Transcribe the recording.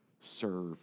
serve